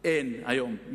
אין היום.